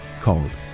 called